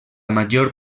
major